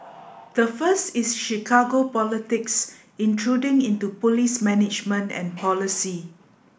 the first is Chicago politics intruding into police management and policy